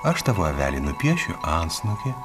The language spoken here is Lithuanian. aš tavo avelei nupiešiu antsnukį